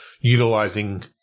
utilizing